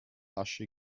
asche